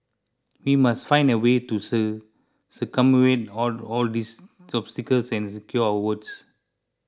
we must find a way to sir circumvent all all these obstacles and secure our votes